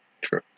True